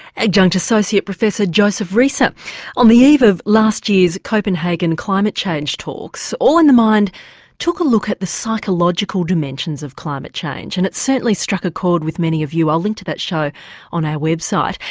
adjunct associate professor joseph reser. on the eve of last year's copenhagen climate change talks all in the mind took a look at the psychological dimensions of climate change and it certainly struck a chord with many of you. i'll link to that show on our website.